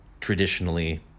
traditionally